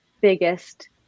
biggest